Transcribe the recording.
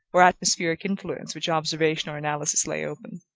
or atmospheric influence which observation or analysis lay open.